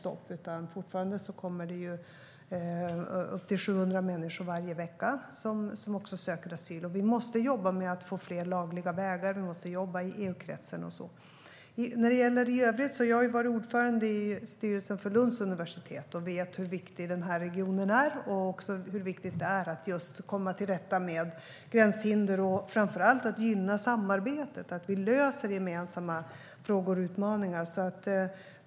Det kommer fortfarande upp till 700 människor som söker asyl varje vecka. Vi måste jobba med att få fler lagliga vägar, och vi måste jobba i EU-kretsen. I övrigt har jag varit ordförande i styrelsen för Lunds universitet. Jag vet hur viktig regionen är och hur viktigt det är att komma till rätta med gränshinder. Framför allt är det viktigt att gynna samarbetet och lösa gemensamma frågor och utmaningar.